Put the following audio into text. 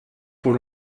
pour